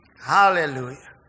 Hallelujah